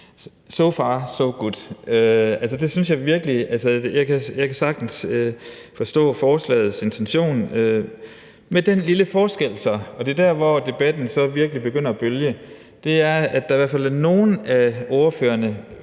jeg virkelig. Jeg kan sagtens forstå forslagets intention med den lille forskel – og det er der, hvor bølgerne virkelig begynder at gå højt – at der i hvert fald er nogle af ordførerne